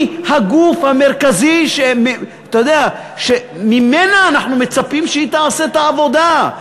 שהיא הגוף המרכזי וממנה אנחנו מצפים שהיא תעשה את העבודה.